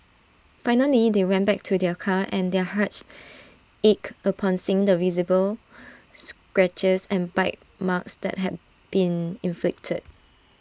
finally they went back to their car and their hearts ached upon seeing the visible scratches and bite marks that had been inflicted